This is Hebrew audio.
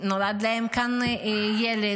נולד להם כאן ילד,